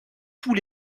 tous